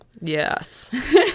Yes